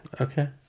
Okay